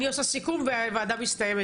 אני עושה סיכום והוועדה מסתיימת,